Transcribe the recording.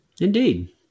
Indeed